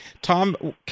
Tom